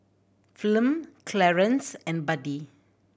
Flem Clarence and Buddie